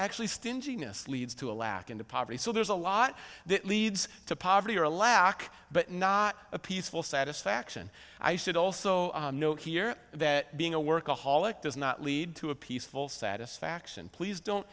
actually stinginess leads to a lack in the poverty so there's a lot that leads to poverty or a lack but not a peaceful satisfaction i should also note here that being a workaholic does not lead to a peaceful satisfaction please don't